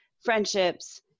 friendships